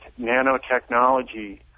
nanotechnology